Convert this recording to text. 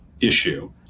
issue